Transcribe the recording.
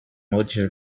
module